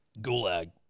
Gulag